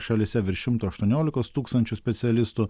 šalyse virš šimto aštuoniolikos tūkstančių specialistų